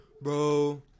bro